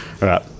right